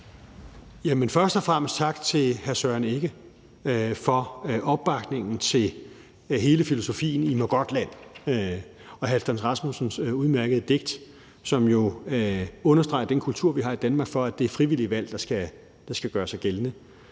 Først og fremmest tak til hr. Søren Egge Rasmussen for opbakningen til hele filosofien i Mågodtland og Halfdan Rasmussens udmærkede digt, som jo understreger den kultur, vi har i Danmark om, at det er det frivillige valg, der skal gøre sig gældende.